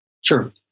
Sure